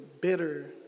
bitter